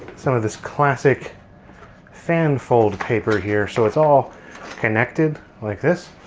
some of this classic fan fold paper here so it's all connected like this.